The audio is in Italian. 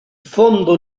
fondo